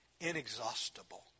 Inexhaustible